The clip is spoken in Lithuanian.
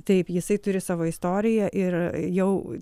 taip jisai turi savo istoriją ir jau